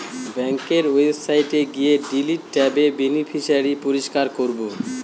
ব্যাঙ্কের ওয়েবসাইটে গিয়ে ডিলিট ট্যাবে বেনিফিশিয়ারি পরিষ্কার করাবো